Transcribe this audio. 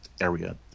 area